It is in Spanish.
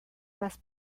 las